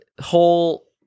whole